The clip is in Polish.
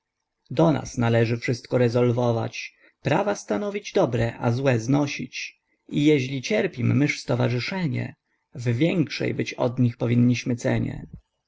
do nas należy wszystko rezolwować prawa stanowić dobre a złe znosić i jeźli cierpim mysz stowarzyszenie w większej być od nich powinniśmy cenie